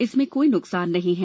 इसमें कोई नुकसान नहीं है